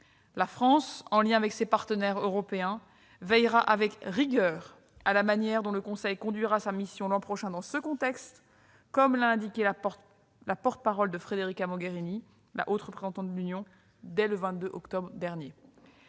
La France, en lien avec ses partenaires européens, veillera avec rigueur à la manière dont le Conseil conduira sa mission l'an prochain dans ce contexte, comme l'a indiqué, dès le 22 octobre dernier, la porte-parole de Federica Mogherini, la Haute Représentante de l'Union européenne.